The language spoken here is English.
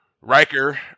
Riker